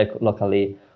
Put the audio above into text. locally